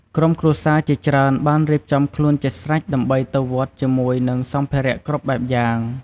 ក្រុមគ្រួសារជាច្រើនបានរៀបចំខ្លួនជាស្រេចដើម្បីទៅវត្តជាមួយនឹងសម្ភារគ្រប់បែបយ៉ាង។